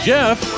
Jeff